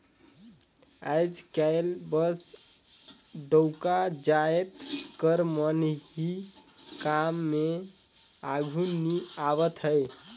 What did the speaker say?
आएज काएल बस डउका जाएत कर मन ही काम में आघु नी आवत अहें